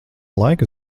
laikā